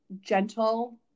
gentle